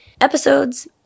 episodes